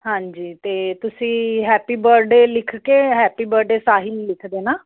ਹਾਂਜੀ ਅਤੇ ਤੁਸੀਂ ਹੈਪੀ ਬਰਡੇ ਲਿਖ ਕੇ ਹੈਪੀ ਬਰਡੇ ਸਾਹਿਲ ਲਿਖ ਦੇਣਾ